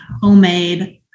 homemade